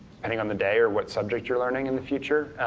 depending on the day or what subject you're learning in the future.